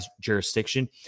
jurisdiction